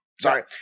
Sorry